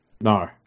No